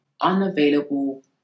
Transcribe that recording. unavailable